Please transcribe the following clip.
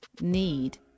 need